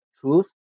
truth